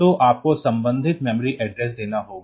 तो आपको संबंधित मेमोरी एड्रेस देना होगा